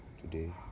Today